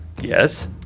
Yes